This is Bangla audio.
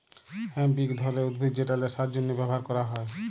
হেম্প ইক ধরলের উদ্ভিদ যেট ল্যাশার জ্যনহে ব্যাভার ক্যরা হ্যয়